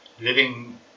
living